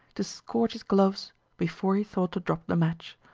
to scorch his gloves before he thought to drop the match.